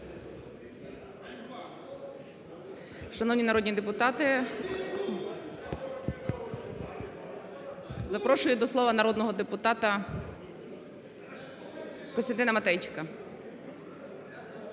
Шановні народні депутати, запрошую до слова народного депутата Костянтина Матейченка.